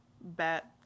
bat